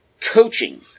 coaching